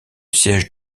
siège